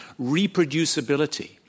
reproducibility